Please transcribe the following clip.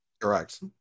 Correct